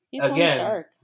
Again